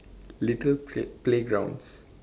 little play~ playgrounds